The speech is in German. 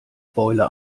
beule